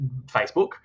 Facebook